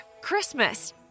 Christmas